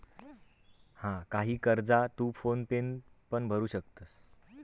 हा, काही कर्जा तू फोन पेन पण भरू शकतंस